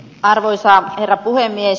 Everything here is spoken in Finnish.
arvoisa herra puhemies